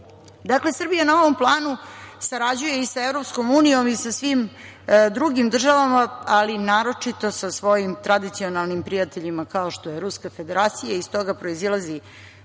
Srbija na ovom planu sarađuje i sa Evropskom unijom i sa svim drugim državama, ali naročito sa svojim tradicionalnim prijateljima, kao što je Ruska Federacija i iz toga proizilazi